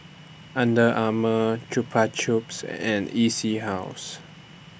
Under Armour Chupa Chups and E C House